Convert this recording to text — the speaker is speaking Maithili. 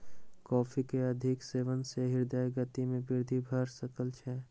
कॉफ़ी के अधिक सेवन सॅ हृदय गति में वृद्धि भ सकै छै